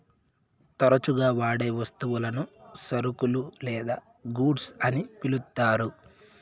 తరచుగా వాడే వస్తువులను సరుకులు లేదా గూడ్స్ అని పిలుత్తారు